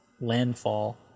landfall